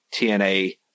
TNA